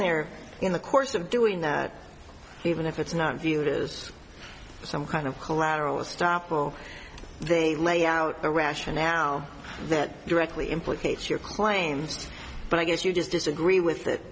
their in the course of doing that even if it's not a view it is some kind of collateral estoppel they lay out their rationale that directly implicates your claims but i guess you just disagree with